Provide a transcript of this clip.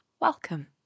welcome